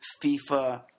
FIFA